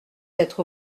être